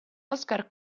oscar